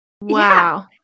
Wow